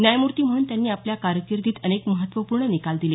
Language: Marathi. न्यायमूर्ती म्हणून त्यांनी आपल्या कारकिर्दीत अनेक महत्त्वपूर्ण निकाल दिले